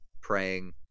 praying